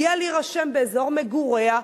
הגיעה להירשם באזור מגוריה,